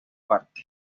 partes